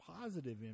positive